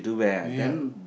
yeah